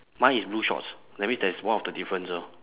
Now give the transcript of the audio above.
mine is blue shorts that means there is one of the difference lor